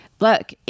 look